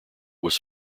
was